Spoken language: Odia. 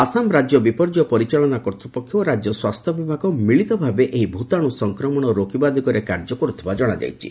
ଆସାମ ରାଜ୍ୟ ବିପର୍ଯ୍ୟୟ ପରିଚାଳନା କର୍ତ୍ତୃପକ୍ଷ ଓ ରାଜ୍ୟ ସ୍ୱାସ୍ଥ୍ୟ ବିଭାଗ ମିଳିତ ଭାବେ ଏହି ଭୂତାଣୁ ସଂକ୍ରମଣ ରୋକିବା ଦିଗରେ କାର୍ଯ୍ୟ କରୁଥିବା ଜଣାଯାଇଛି